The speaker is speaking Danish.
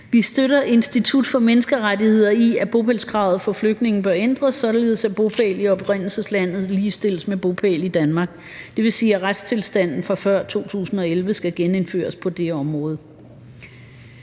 Vi støtter Institut for Menneskerettigheder i, at bopælskravet for flygtninge bør ændres, således at bopæl i oprindelseslandet ligestilles med bopæl i Danmark. Det vil sige, at retstilstanden fra før 2011 skal genindføres på det område.